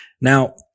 Now